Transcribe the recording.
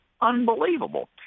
unbelievable